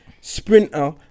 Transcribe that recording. Sprinter